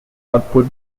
output